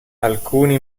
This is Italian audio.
alcuni